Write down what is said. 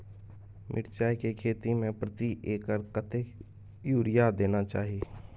मिर्चाय के खेती में प्रति एकर कतेक यूरिया देना चाही?